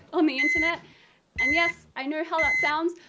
on the internet and yes, i know how that sounds,